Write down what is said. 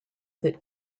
that